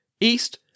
East